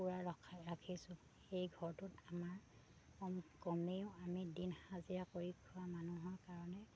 কুকুৰা ৰখা ৰাখিছোঁ সেই ঘৰটোত আমাৰ কম কমেও আমি দিন হাজিৰা কৰি খোৱা মানুহৰ কাৰণে